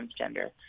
transgender